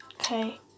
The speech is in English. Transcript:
Okay